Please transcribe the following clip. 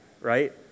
right